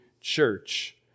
church